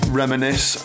reminisce